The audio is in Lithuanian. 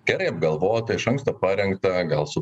gerai apgalvotą iš anksto parengtą gal su